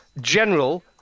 General